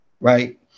right